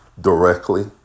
directly